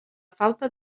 falta